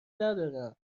ندارم